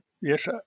Yes